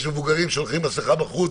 יש מבוגרים שהולכים עם מסכה בחוץ,